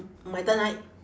my turn right